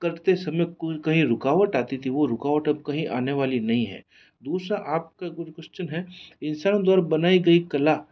करते समय कोई कहीं रुकावट आती थी वो रुकावट अब कहीं आने वाली नहीं है दूसरा आपका गुड क्वेश्चन है इंसान द्वारा बनाई गई कला